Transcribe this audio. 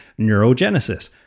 neurogenesis